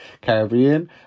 Caribbean